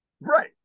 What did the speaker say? Right